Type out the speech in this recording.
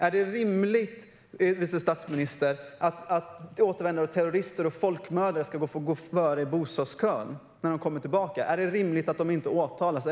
Är det rimligt, vice statsministern, att återvändande terrorister och folkmördare ska få gå före i bostadskön när de kommer tillbaka? Är det rimligt att de inte åtalas?